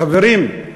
חברים,